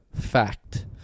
Fact